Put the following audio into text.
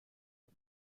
uns